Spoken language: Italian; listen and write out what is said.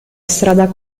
strada